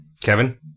Kevin